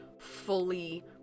fully